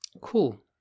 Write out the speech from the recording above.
Cool